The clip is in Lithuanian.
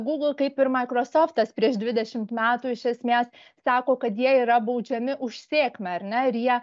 google kaip ir maikrosoftas prieš dvidešimt metų iš esmės sako kad jie yra baudžiami už sėkmę ar ne ir jie